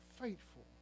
faithful